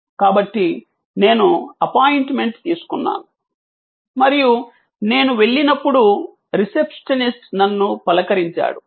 కాబట్టి నేను అపాయింట్మెంట్ తీసుకున్నాను మరియు నేను వెళ్ళినప్పుడు రిసెప్షనిస్ట్ నన్ను పలకరించాడు